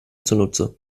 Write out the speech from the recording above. zunutze